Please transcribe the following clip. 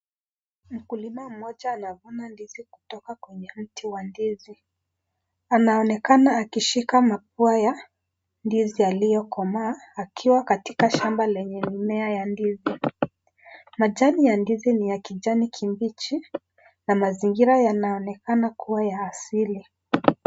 Mkulima mmoja anavuna ndizi kutoka kwenye mti wa ndizi. Anaonekana akishika mapua ya ndizi yaliyokomaa akiwa katika shamba lenye mimea ya ndizi. Majani ya ndizi ni ya kijani kibichi na mazingira yanayoonekana kuwa ya asili.